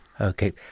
okay